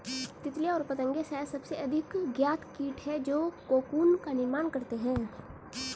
तितलियाँ और पतंगे शायद सबसे अधिक ज्ञात कीट हैं जो कोकून का निर्माण करते हैं